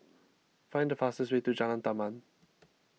find the fastest way to Jalan Taman